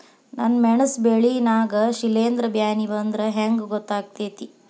ನನ್ ಮೆಣಸ್ ಬೆಳಿ ನಾಗ ಶಿಲೇಂಧ್ರ ಬ್ಯಾನಿ ಬಂದ್ರ ಹೆಂಗ್ ಗೋತಾಗ್ತೆತಿ?